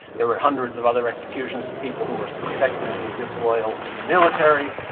there were hundreds of other executions of people who were suspected to be disloyal in the military,